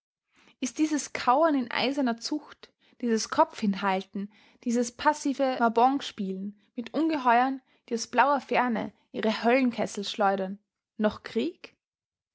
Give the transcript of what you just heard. ist dieses kauern in eiserner zucht dieses kopfhinhalten dieses passive vabanque spielen mit ungeheuern die aus blauer ferne ihre höllenkessel schleudern noch krieg